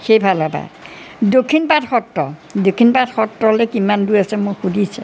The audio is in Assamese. সেইফালৰপৰা দক্ষিণ পাট সত্ৰ দক্ষিণ পাট সত্ৰলৈ কিমান দূৰ আছে মোক সুধিছে